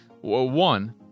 one